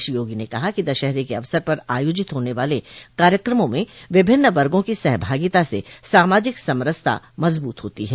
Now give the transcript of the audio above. श्री योगी ने कहा कि दशहरे के अवसर पर आयोजित होने वाले कार्यक्रमो में विभिन्न वर्गो की सहभागिता से सामाजिक समरसता मज़बूत होती है